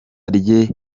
rye